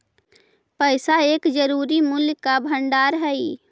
पैसा एक जरूरी मूल्य का भंडार हई